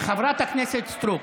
חברת הכנסת סטרוק,